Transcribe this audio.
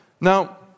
Now